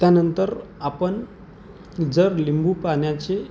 त्यानंतर आपण जर लिंबू पाण्याचे